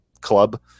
club